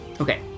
Okay